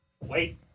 Wait